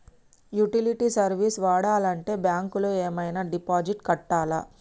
Utility service వాడాలంటే bank లో ఏమైనా డిపాజిట్ కట్టాలా?